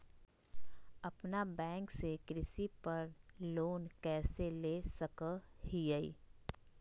अपना बैंक से कृषि पर लोन कैसे ले सकअ हियई?